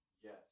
Yes